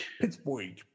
Pittsburgh